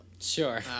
Sure